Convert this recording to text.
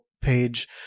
page